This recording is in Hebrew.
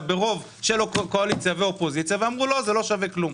ברוב של קואליציה ואופוזיציה ואמרו: זה לא שווה כלום.